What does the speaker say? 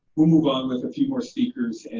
we'll move on with a few more speakers and